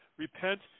Repent